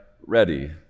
ready